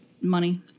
money